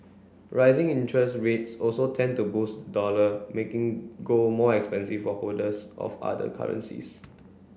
rising interest rates also tend to boost the dollar making gold more expensive for holders of other currencies